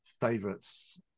favorites